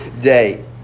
day